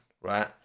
right